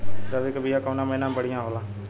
रबी के बिया कवना महीना मे बढ़ियां होला?